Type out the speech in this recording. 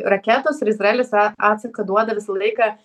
raketos ir izraelis a atsaką duoda visą laiką